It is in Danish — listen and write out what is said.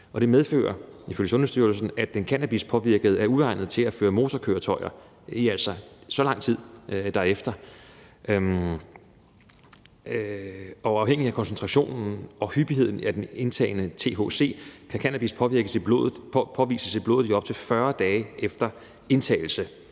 Sundhedsstyrelsen, at den cannabispåvirkede er uegnet til at føre motorkøretøjer i så lang tid derefter. Afhængigt af koncentrationen og hyppigheden af den indtagne THC kan cannabis påvises i blodet i op til 40 dage efter indtagelse.